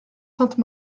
sainte